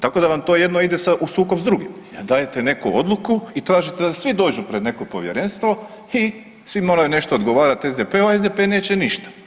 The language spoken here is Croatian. Tako da vam to jedno ide u sukob s drugom, dajte neku odluku i tražite da svi dođu pred neko povjerenstvo i svi moraju nešto odgovarati SDP-u, a SDP neće ništa.